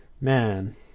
Man